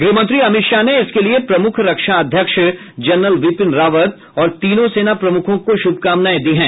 गृहमंत्री अमित शाह ने इसके लिए प्रमुख रक्षा अध्यक्ष जनरल बिपिन रावत और तीनों सेना प्रमुखों को शुभकामनाएं दी हैं